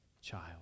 child